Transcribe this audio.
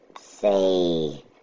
say